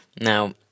Now